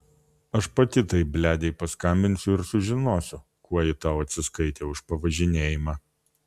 aš pati tai bledei paskambinsiu ir sužinosiu kuo ji tau atsiskaitė už pavažinėjimą